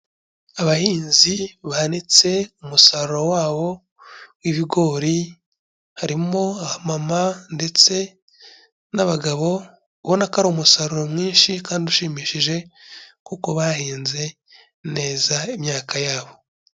Abahinzi banitse umusaruro wabo w'ibigori, harimo abamama ndetse n'abagabo ubona ko ari umusaruro mwinshi kandi ushimishije kuko bahinze neza imyaka yabo.